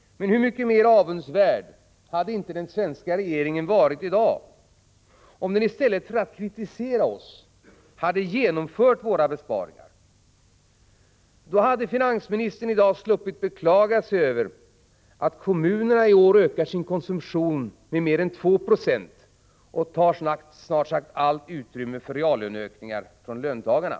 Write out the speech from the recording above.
Hur mycket mer avundsvärd hade inte den svenska regeringen varit i dag om den i stället för att kritisera oss hade genomfört våra besparingar. Då hade finansministern sluppit beklaga sig över att kommunerna i år ökar sin konsumtion med mer än 2 Yo och tar snart sagt allt utrymme för reallöneökningar från löntagarna.